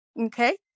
Okay